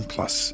Plus